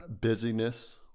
busyness